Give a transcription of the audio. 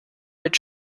mit